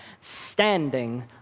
standing